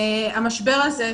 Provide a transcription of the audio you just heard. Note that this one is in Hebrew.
המשבר הזה,